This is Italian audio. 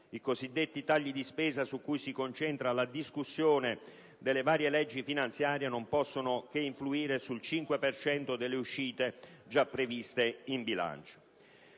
i cosiddetti tagli di spesa su cui si concentra la discussione delle varie leggi finanziarie non possono che influire sul 5 per cento delle uscite già previste in bilancio.